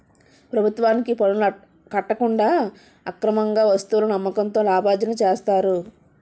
ప్రభుత్వానికి పనులు కట్టకుండా అక్రమార్గంగా వస్తువులను అమ్మకంతో లాభార్జన చేస్తారు